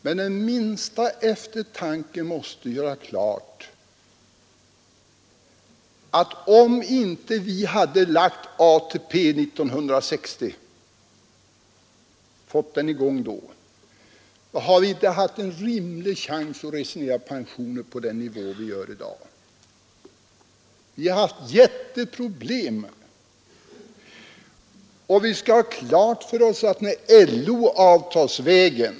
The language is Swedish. Men den minsta eftertanke måste göra klart att om vi inte hade lagt fram förslaget om ATP och fått i gång det systemet 1960, så hade vi inte haft en rimlig chans att resonera pensioner på den nivå där vi diskuterar frågan i dag. Vi hade haft jätteproblem.